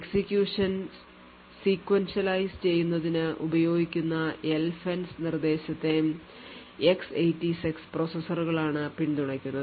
execution sequentialize ചെയ്യുന്നതിന് ഉപയോഗിക്കുന്ന LFENCE നിർദ്ദേശത്തെ X86 പ്രോസസ്സറുകളാണ് പിന്തുണയ്ക്കുന്നത്